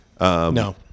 no